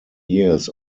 years